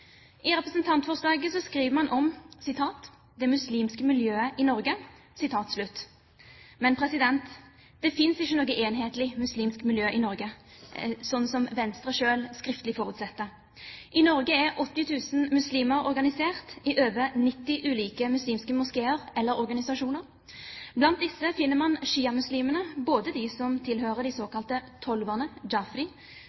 i Venstres forslag: I representantforslaget skriver man om «det muslimske miljøet» i Norge. Men det finnes ikke noe enhetlig muslimsk miljø i Norge, slik Venstre selv skriftlig forutsetter. I Norge er 80 000 muslimer organisert i over 90 ulike muslimske moskeer eller organisasjoner. Blant disse finner man sjiamuslimer, både de som tilhører de